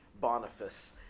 Boniface